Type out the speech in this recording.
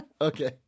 Okay